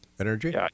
Energy